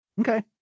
okay